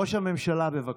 ראש הממשלה, בבקשה.